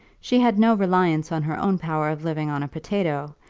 she had no reliance on her own power of living on a potato,